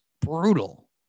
brutal